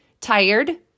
tired